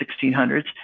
1600s